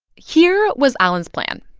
here was allen's plan,